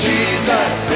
Jesus